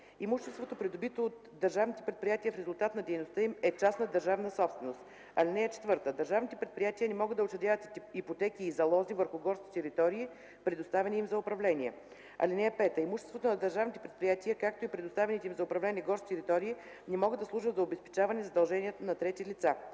Имуществото, придобито от държавните предприятия в резултат на дейността им, е частна държавна собственост. (4) Държавните предприятия не могат да учредяват ипотеки и залози върху горските територии, предоставени им за управление. (5) Имуществото на държавните предприятия, както и предоставените им за управление горски територии не могат да служат за обезпечаване задължения на трети лица.